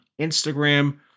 Instagram